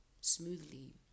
smoothly